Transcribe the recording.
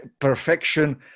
perfection